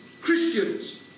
Christians